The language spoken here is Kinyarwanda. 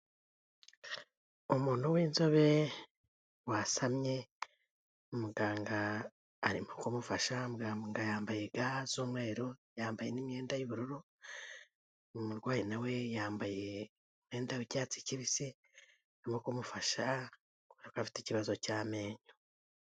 Umuntu w'inzobe wasamye muganga arimo kumufasha, muganga yambaye ga z'umweru, yambaye n'imyenda y'ubururu, umurwayi nawe yambaye umwenda w'icyatsi kibisi arimo kumufasha ubona ko afite ikibazo cy'amenyo.